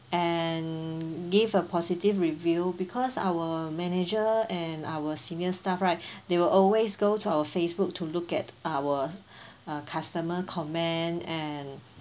and give a positive review because our manager and our senior staff right they will always go to our Facebook to look at our uh customer comment and